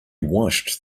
washed